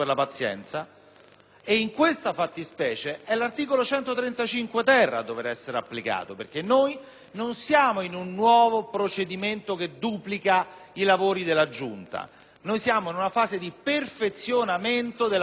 In questa fattispecie è l'articolo 135-*ter* a dovere essere applicato perché noi non siamo in un nuovo procedimento che duplica i lavori della Giunta, ma siamo in una fase di perfezionamento dei lavori della Giunta